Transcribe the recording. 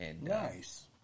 Nice